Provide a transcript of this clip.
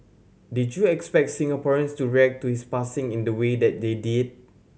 did you expect Singaporeans to react to his passing in the way that they did